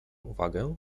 uwagę